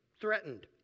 Threatened